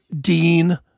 Dean